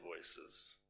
voices